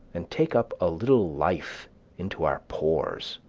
and take up a little life into our pores.